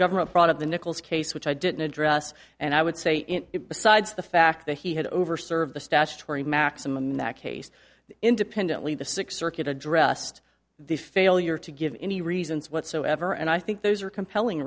government brought up the nichols case which i didn't address and i would say it besides the fact that he had over served the statutory maximum in that case independently the sixth circuit addressed the failure to give any reasons whatsoever and i think those are compelling